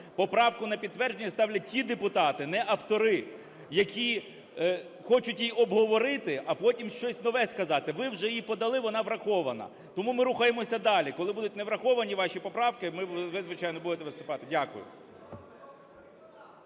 Поправку на підтвердження ставлять ті депутати, не автори, які хочуть її обговорити, а потім щось нове сказати. Ви вже її подали, вона врахована. Тому ми рухаємося далі. Коли будуть не враховані ваші поправки, ви, звичайно, будете виступати. Дякую.